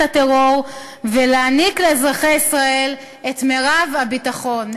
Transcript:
הטרור ולהעניק לאזרחי ישראל את מרב הביטחון.